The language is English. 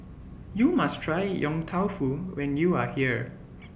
YOU must Try Yong Tau Foo when YOU Are here